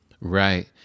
Right